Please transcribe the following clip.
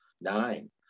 nine